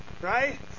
right